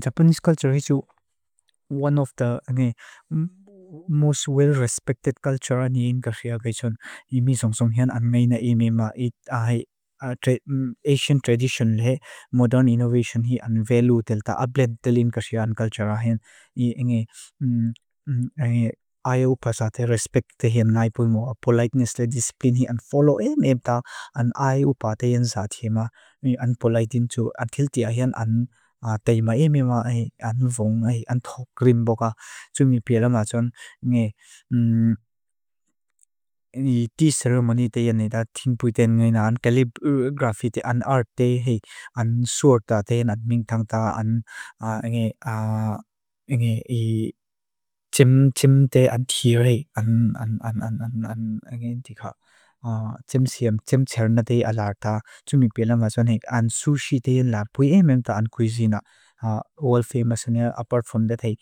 Japanese culture is one of the most well-respected cultures in Korea. Imi songsonghen anmeina imi ma. Asian tradition leh, modern innovation hi an velu del ta. Ableh del in Korean culture ahen. Ingi ayupa sate respect te him naipu mo. Politeness leh, discipline hi an follow him ebda. Ingi ayupa te him sate ma. Politeness leh, discipline hi an follow him ebda. Athil te ahen an teimai imi ma. An vong hi, an thok rimbo ka. Tumipia la ma son. Ingi di ceremony te him naida. ang sword ta te, ang mingtang ta, ang sword ta te, ang mingtang ta, Tumipia la ma son. An sushi te him naida. An sushi te him naida. Pui emem ta an kuisina. All famous. All famous.